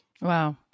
Wow